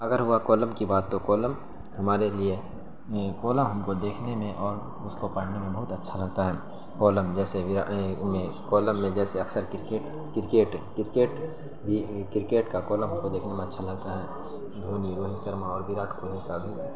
اگر ہوا کالم کی بات تو کالم ہمارے لیے کالم ہم کو دیکھنے میں اور اس کو پڑھنے میں بہت اچھا لگتا ہے کالم جیسے کالم میں جیسے اکثر کرکٹ کرکٹ کرکٹ بھی کرکٹ کا کالم ہم کو دیکھنے میں اچھا لگتا ہے دھونی روہت شرما اور وراٹ کوہلی کا بھی